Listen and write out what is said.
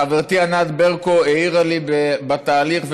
חברתי ענת ברקו העירה לי בתהליך,